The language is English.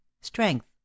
strength